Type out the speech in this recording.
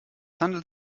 handelt